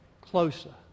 closer